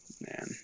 man